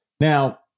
Now